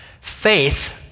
faith